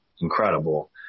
incredible